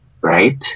Right